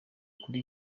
kuri